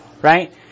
right